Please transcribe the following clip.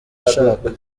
nshaka